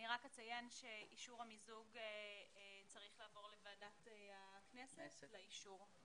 אני רק אציין שאישור המיזוג צריך לעבור לוועדת הכנסת לאישור.